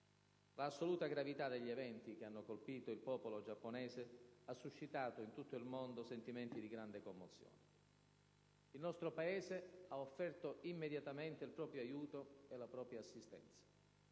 L'assoluta gravità degli eventi che hanno colpito il popolo giapponese ha suscitato in tutto il mondo sentimenti di grande commozione. Il nostro Paese ha offerto immediatamente il proprio aiuto e la propria assistenza.